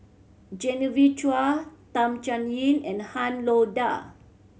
Genevieve Chua Tham Sien Yen and Han Lao Da